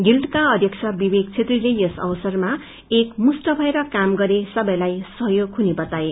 गिल्डको अध्यक्ष विवेक छेत्रीले यस अवसरमा एक मुष्ट भएर काम गरे सबैलाई सहयोग हुने बताए